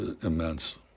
immense